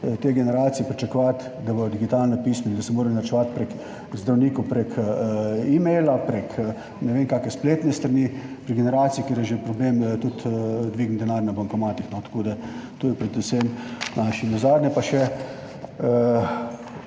te generacije, pričakovati, da bodo digitalno pismeni, da se morajo naročevati k zdravniku prek e-maila, prek ne vem kakšne spletne strani, pri generaciji, kjer je problem že tudi dvigniti denar na bankomatih. To je predvsem za mlajše. Nazadnje pa še